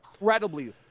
incredibly